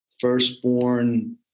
firstborn